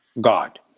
God